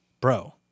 Bro